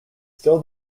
still